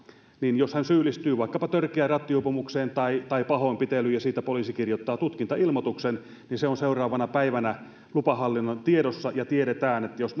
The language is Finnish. niin jos hän syyllistyy vaikkapa törkeään rattijuopumukseen tai tai pahoinpitelyyn ja siitä poliisi kirjoittaa tutkintailmoituksen niin se on seuraavana päivänä lupahallinnon tiedossa ja tiedetään että jos